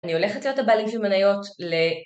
אני הולכת להיות הבעלים של מניות ל...